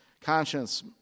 conscience